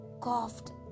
coughed